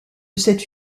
cette